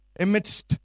Amidst